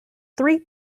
three